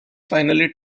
finally